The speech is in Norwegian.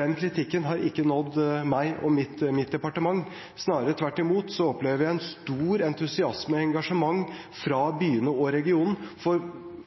Den kritikken har ikke nådd meg og mitt departement. Snarere tvert imot opplever jeg stor entusiasme og engasjement fra byene og regionen, for